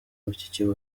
iki